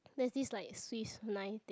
there's this like Swiss knife thing